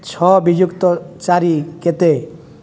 ଛଅ ବିଯୁକ୍ତ ଚାରି କେତେ